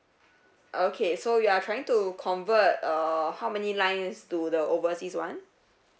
okay so you are trying to convert uh how many lines to the overseas one